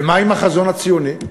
ומה עם החזון הציוני?